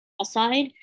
aside